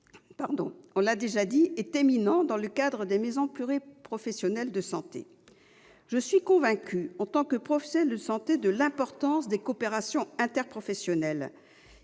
rôle, cela a été dit, est éminent dans le cadre des maisons pluriprofessionnelles de santé. Je suis convaincue, en tant que professionnelle de santé, de l'importance des coopérations médicales interprofessionnelles.